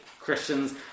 Christians